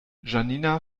janina